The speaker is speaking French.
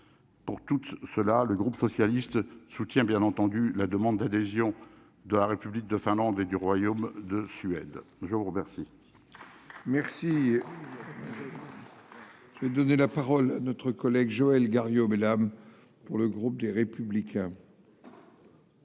pour tout cela, le groupe socialiste soutient bien entendu la demande d'adhésion de la République de Finlande et du royaume de Suède, je vous remercie. Merci. Je donner la parole, notre collègue Joëlle Garriaud-Maylam pour le groupe des Républicains.